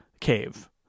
cave